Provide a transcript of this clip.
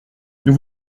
nous